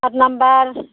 साथ नाम्बार